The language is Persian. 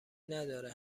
نداره